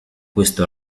questo